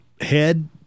head